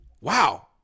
wow